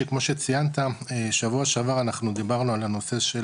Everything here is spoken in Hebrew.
כמו שציינת שבוע שעבר אנחנו דיברנו על הנושא של